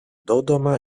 dodoma